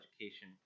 Education